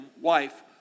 wife